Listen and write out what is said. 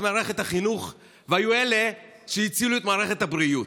מערכת החינוך והיו אלה שהצילו את מערכת הבריאות.